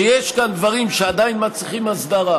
שיש כאן דברים שעדיין מצריכים הסדרה,